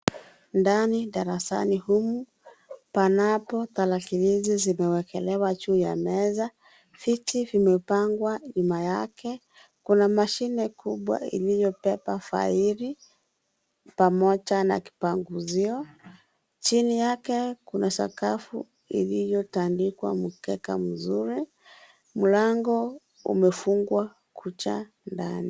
Ndani darasani humu, panapo tarakilishi zimewekelewa juu ya meza. Viti vimepangwa nyuma yake. Kuna mashine kubwa ilivyopepa faili pamoja na kipanguzio. Chini yake kuna sakafu iliyotandikwa mikeka mizuri. Mlango umefungwa kucha ndani.